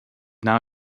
now